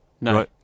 no